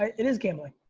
ah it is gambling.